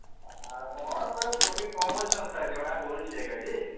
ଆପଣ ପୂରା ପ୍ରଫିଟ୍ କମଉଛନ୍ ସାର୍ ଜଣା ପଡ଼ୁଛେ ଏକା ଯେ